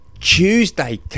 Tuesday